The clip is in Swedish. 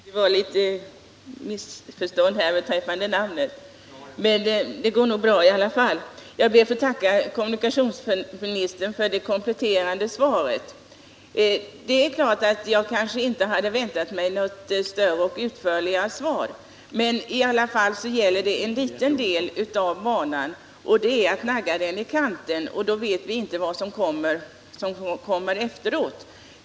Herr talman! Jag ber att få tacka kommunikationsministern för det kompletterande svaret. Jag hade kanske inte väntat mig något större och utförligare svar, men här gäller det i alla fall en liten del av banan. Det är fråga om att nagga den i kanten, och då vet vi inte vad som kommer efteråt.